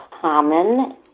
common